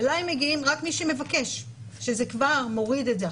אליי מגיע רק מי שמבקש, שזה כבר מוריד את זה.